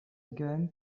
again